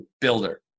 builder